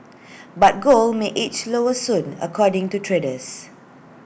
but gold may edge lower soon according to traders